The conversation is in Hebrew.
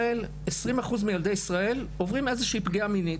ש-20% מילדי ישראל עוברים איזושהי פגיעה מינית.